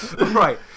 Right